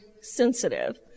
sensitive